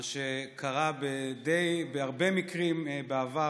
מה שקרה בהרבה מקרים בעבר,